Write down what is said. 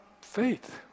faith